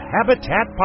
Habitat